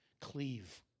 cleave